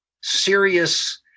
serious